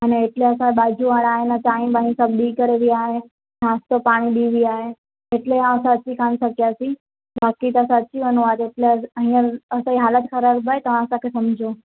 अञा एटले असां बाल्टियूं हलाईं चांहि वांय सब ॾई करे विया आहिनि नाश्तो पाणी ॾई विया आहिनि एटले असी अची कान सघंदासी बाक़ी त अची वञूं आ असांजी हालत ख़राबु आहे तव्हां असांखे समुझो